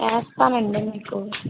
వేస్తామండీ మీకు